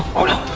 oh no,